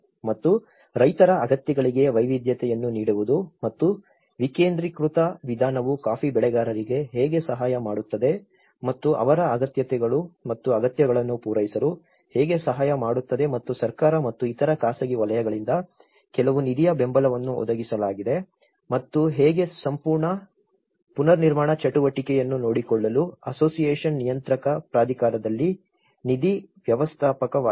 ಮತ್ತು ರೈತರ ಅಗತ್ಯಗಳಿಗೆ ವೈವಿಧ್ಯತೆಯನ್ನು ನೀಡುವುದು ಮತ್ತು ವಿಕೇಂದ್ರೀಕೃತ ವಿಧಾನವು ಕಾಫಿ ಬೆಳೆಗಾರರಿಗೆ ಹೇಗೆ ಸಹಾಯ ಮಾಡುತ್ತದೆ ಮತ್ತು ಅವರ ಅಗತ್ಯತೆಗಳು ಮತ್ತು ಅಗತ್ಯಗಳನ್ನು ಪೂರೈಸಲು ಹೇಗೆ ಸಹಾಯ ಮಾಡುತ್ತದೆ ಮತ್ತು ಸರ್ಕಾರ ಮತ್ತು ಇತರ ಖಾಸಗಿ ವಲಯಗಳಿಂದ ಕೆಲವು ನಿಧಿಯ ಬೆಂಬಲವನ್ನು ಒದಗಿಸಲಾಗಿದೆ ಮತ್ತು ಹೇಗೆ ಸಂಪೂರ್ಣ ಪುನರ್ನಿರ್ಮಾಣ ಚಟುವಟಿಕೆಯನ್ನು ನೋಡಿಕೊಳ್ಳಲು ಅಸೋಸಿಯೇಷನ್ ನಿಯಂತ್ರಕ ಪ್ರಾಧಿಕಾರದಲ್ಲಿ ನಿಧಿ ವ್ಯವಸ್ಥಾಪಕವಾಯಿತು